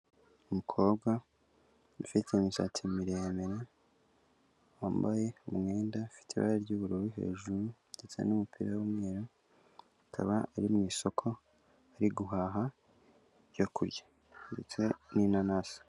Umukobwa ufite imisatsi miremimire wambaye umwenda ufite ibara ry'ubururu hejuru ndetse n'umupira w'umweru, akaba ari mu isoko ari guhaha ibyo kurya ndetse n'inanasi.